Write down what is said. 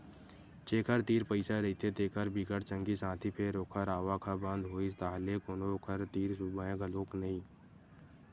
जेखर तीर पइसा रहिथे तेखर बिकट संगी साथी फेर ओखर आवक ह बंद होइस ताहले कोनो ओखर तीर झुमय घलोक नइ